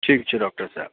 ठीक छै डाक्टर साहेब